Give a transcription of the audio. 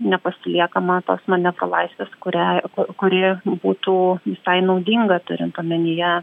nepasiliekama tos manevro laisvės kuria kuri būtų visai naudinga turint omenyje